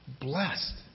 Blessed